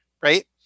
right